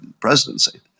presidency